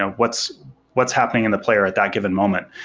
and what's what's happening in the player at that given moment.